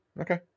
Okay